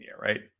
right